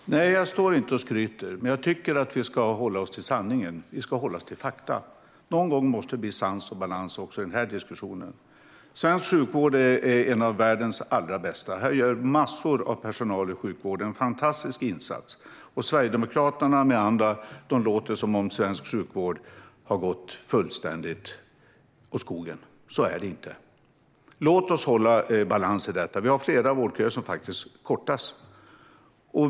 Herr talman! Nej, jag står inte och skryter. Jag tycker att vi ska hålla oss till sanningen. Vi ska hålla oss till fakta. Någon gång måste det bli sans och balans också i den här diskussionen. Svensk sjukvård är en av världens allra bästa. Här gör massor av personal i sjukvården en fantastisk insats. Sverigedemokraterna med andra låter som att svensk sjukvård har gått fullständigt åt skogen. Så är det inte. Låt oss hålla balans i detta. Vi har flera vårdköer som faktiskt kortas.